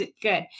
good